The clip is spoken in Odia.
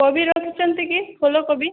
କୋବି ରଖିଛନ୍ତି କି ଫୁଲକୋବି